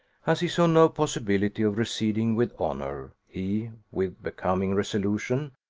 as he saw no possibility of receding with honour, he, with becoming resolution,